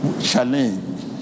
challenge